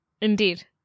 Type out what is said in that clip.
Indeed